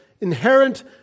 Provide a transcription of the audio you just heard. inherent